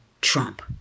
Trump